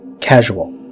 Casual